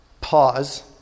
Pause